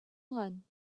one